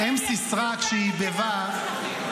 כשהיא יבבה,